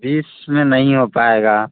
बीस में नहीं हो पाएगा